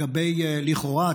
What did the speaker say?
לכאורה,